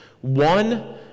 One